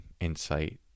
insight